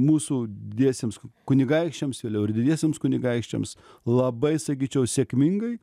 mūsų diesiems kunigaikščiams vėliau ir didiesiems kunigaikščiams labai sakyčiau sėkmingai